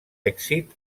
èxit